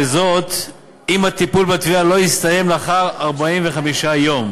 וזאת אם הטיפול בתביעה לא הסתיים לאחר 45 יום,